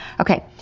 Okay